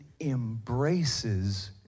embraces